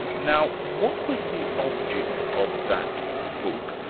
now what was the object of that book,